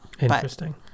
Interesting